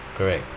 correct